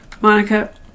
monica